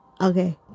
okay